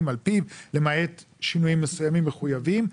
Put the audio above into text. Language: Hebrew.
על פיו למעט שינויים מסוימים מחויבים,